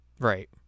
Right